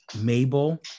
Mabel